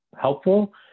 helpful